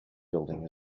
building